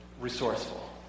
resourceful